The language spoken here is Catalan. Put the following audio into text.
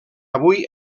avui